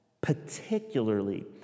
particularly